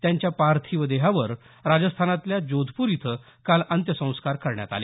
त्यांच्या पार्थीव देहावर राजस्थानमधल्या जोधपूर इथं काल अंत्यसंस्कार करण्यात आले